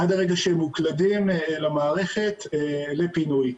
עד הרגע שמוקלדים למערכת לפינוי.